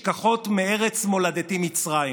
בתקופות אלו המשק והציבור כולו נושאים עיניהם